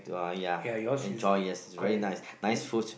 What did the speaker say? ya yours is correct mm